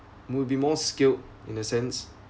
will be more skilled in a sense